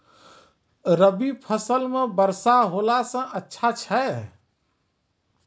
रवी फसल म वर्षा होला से अच्छा छै?